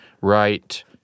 right